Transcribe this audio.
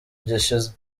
gishize